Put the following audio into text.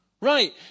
Right